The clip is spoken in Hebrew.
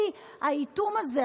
כי האיטום הזה,